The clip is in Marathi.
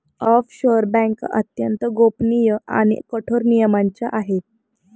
ऑफशोअर बँका अत्यंत गोपनीय आणि कठोर नियमांच्या आहे